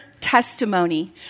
testimony